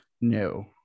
No